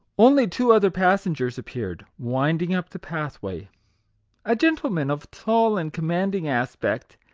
only two other passengers appeared, wind ing up the pathway a gentleman of tall and commanding aspect,